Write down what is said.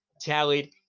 tallied